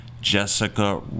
Jessica